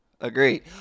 agree